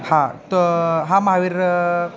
हां तर हा मावेर